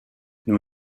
nous